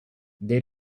they